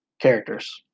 characters